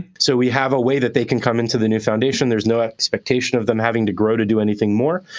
ah so we have a way that they can come into the new foundation. there's no expectation of them having to grow to do anything more.